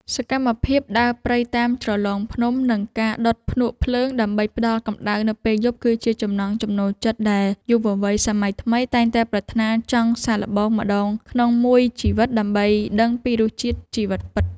សកម្មភាពដើរព្រៃតាមជ្រលងភ្នំ និង ការដុតភ្នក់ភ្លើងដើម្បីផ្តល់កម្ដៅនៅពេលយប់គឺជាចំណង់ចំណូលចិត្តដែលយុវវ័យសម័យថ្មីតែងតែប្រាថ្នាចង់សាកល្បងម្ដងក្នុងមួយជីវិតដើម្បីដឹងពីរសជាតិជីវិតពិត។